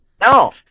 No